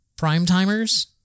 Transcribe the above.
Primetimers